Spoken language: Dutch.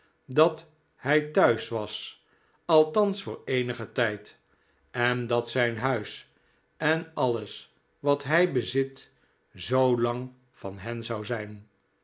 dat hij thuis was althans voor eenigen tijd en dat zijn huis en alles wat hij bezat zoo lang van hen zou zijn